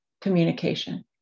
communication